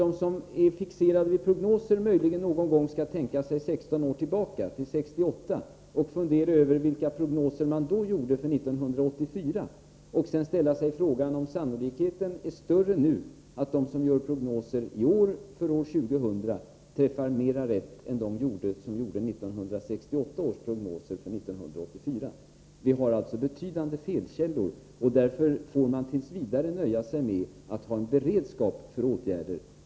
De som är fixerade vid prognoser borde möjligen någon gång tänka sig 16 år tillbaka i tiden, till 1968, och fundera över vilka prognoser man då gjorde för 1984. De borde kanske ställa sig frågan om sannolikheten för att de som i år gör prognoser för år 2000 träffar rätt är större än sannolikheten för att de som 1968 gjorde prognoser för 1984 skulle göra det. Vi har betydande felkällor, och därför får man t. v. nöja sig med att ha en beredskap för åtgärder.